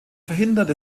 verhindert